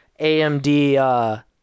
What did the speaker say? AMD